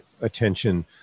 attention